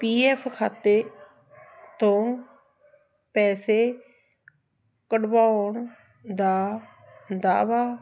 ਪੀ F ਖਾਤੇ ਤੋਂ ਪੈਸੇ ਕਢਵਾਉਣ ਦਾ ਦਾਅਵਾ